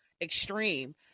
extreme